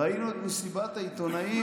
ראינו את מסיבת העיתונאים,